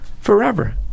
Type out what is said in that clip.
Forever